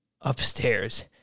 upstairs